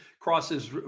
crosses